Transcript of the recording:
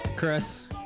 Chris